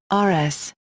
r s.